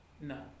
No